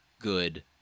good